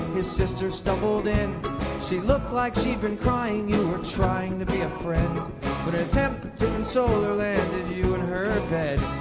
his sister stumbled in she looked like she'd been crying, you were trying to be a friend but an attempt but to console her landed you in her bed